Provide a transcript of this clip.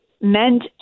meant